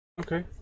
Okay